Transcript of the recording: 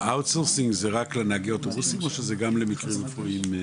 האאוט סורסינג זה רק לנהגי אוטובוסים או זה גם למקרים רפואיים אחרים?